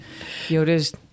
Yoda's